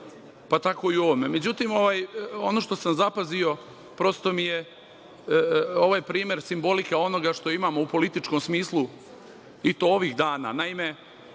pa tako i u ovome. Međutim, ono što sam zapazio, prosto mi je ovaj primer simbolika onoga što imamo u političkom smislu i to ovih dana. Naime,